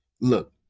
Look